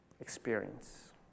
experience